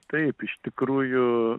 taip iš tikrųjų